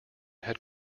had